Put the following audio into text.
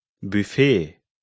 Buffet